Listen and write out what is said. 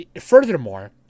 furthermore